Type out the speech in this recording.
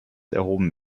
erhoben